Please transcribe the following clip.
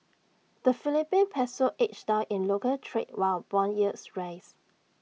the Philippine Peso edged down in local trade while Bond yields rose